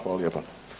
Hvala lijepa.